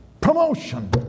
Promotion